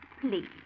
Please